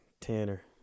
Tanner